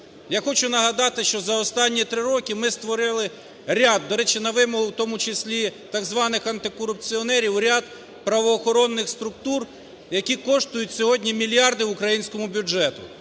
Я хочу нагадати, що за останні три роки ми створили ряд, до речі, на вимогу, в тому числі так званих антикорупціонерів, ряд правоохоронних структур, які коштують сьогодні мільярди українському бюджету.